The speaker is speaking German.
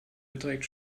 beträgt